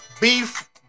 beef